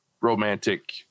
romantic